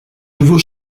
nouveau